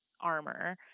armor